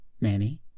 Manny